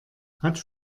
hat